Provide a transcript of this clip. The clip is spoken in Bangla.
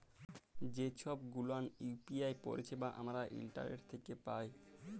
যে ছব গুলান ইউ.পি.আই পারিছেবা আমরা ইন্টারলেট থ্যাকে পায়